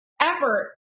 effort